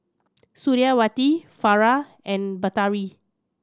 Suriawati Farah and Batari